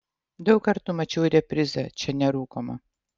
daug kartų mačiau reprizą čia nerūkoma